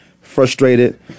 frustrated